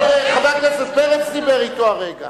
אבל חבר הכנסת פרץ דיבר אתו הרגע.